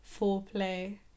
foreplay